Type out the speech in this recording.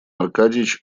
аркадьич